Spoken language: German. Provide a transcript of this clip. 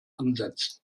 ansetzen